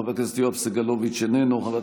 חבר הכנסת יואב סגלוביץ' איננו,